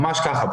ממש ככה,